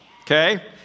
okay